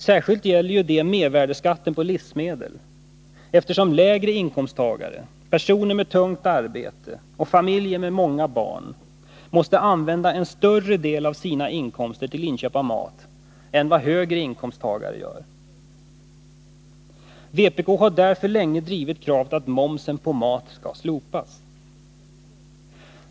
Särskilt gäller det mervärdeskatten på livsmedel, eftersom lägre inkomsttagare, personer med tungt arbete och familjer med många barn måste använda en större del av sina inkomster till inköp av mat än vad högre inkomsttagare gör. Vpk har därför länge drivit kravet att momsen på mat skall slopas.